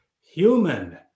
human